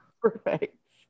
Perfect